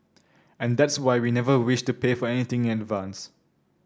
and that's why we never wished to pay for anything in advance